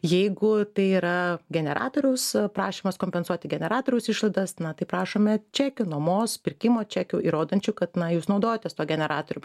jeigu tai yra generatoriaus prašymas kompensuoti generatoriaus išlaidas na tai prašome čekių nuomos pirkimo čekių įrodančių kad na jūs naudojotės tuo generatorium